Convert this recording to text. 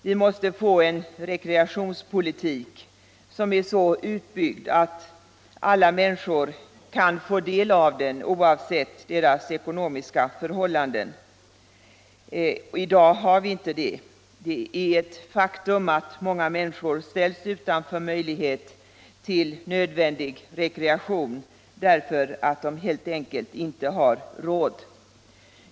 Vi måste få en rekreationspolitik som är så utbyggd att alla människor kan få del av den, oavsett deras ekonomiska förhållanden. I dag har vi inte det. Det är ett faktum att många människor ställs utanför möjlighet till nödvändig rekreation därför att de helt enkelt inte har råd.